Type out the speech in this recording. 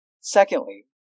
Secondly